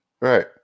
Right